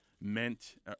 meant